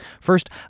First